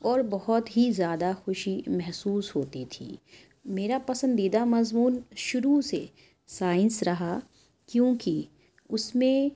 اور بہت ہی زیادہ خوشی محسوس ہوتی تھی میرا پسندیدہ مضمون شروع سے سائنس رہا کیوں کہ اس میں